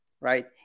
right